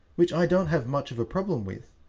which i don't have much of a problem with,